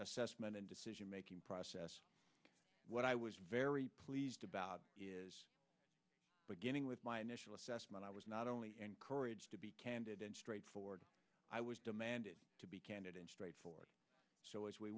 assessment and decision making process what i was very pleased about is beginning with my initial assessment i was not only encouraged to be candid and straightforward i was demanded to be candid and straightforward so as we